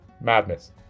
Madness